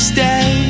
Stay